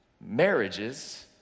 marriages